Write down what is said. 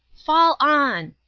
fall on!